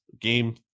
game